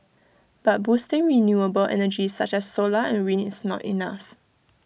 but boosting renewable energy such as solar and wind is not enough